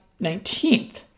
19th